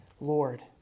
Lord